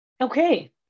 Okay